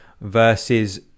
versus